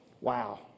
Wow